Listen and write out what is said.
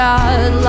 God